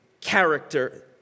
character